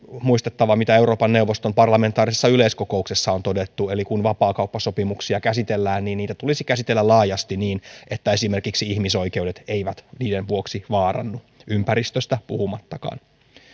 muistettava mitä euroopan neuvoston parlamentaarisessa yleiskokouksessa on todettu eli kun vapaakauppasopimuksia käsitellään niin niitä tulisi käsitellä laajasti niin että esimerkiksi ihmisoikeudet eivät niiden vuoksi vaarannu ympäristöstä puhumattakaan